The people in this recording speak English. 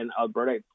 Alberta